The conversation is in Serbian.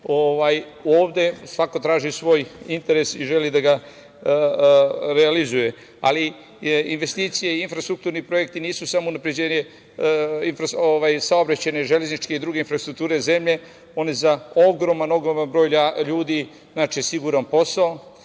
svako traži svoj interes i želi da ga realizuje, ali i investicije i infrastrukturni projekti nisu samo unapređenje saobraćajne, železničke i druge infrastrukture zemlje, one za ogroman, ogroman broj ljudi znači siguran posao,